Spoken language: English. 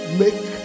make